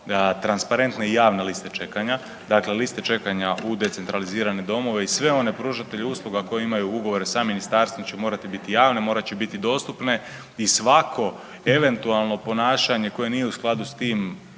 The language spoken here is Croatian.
transparente javne liste čekanja. Dakle, liste čekanja u decentralizirane domove i sve one pružatelje usluga koji imaju ugovore sa Ministarstvom će morati biti javne, morat će biti dostupne i svako eventualno ponašanje koje nije u skladu s tim,